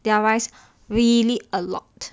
their rice we eat a lot